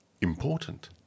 Important